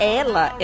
ela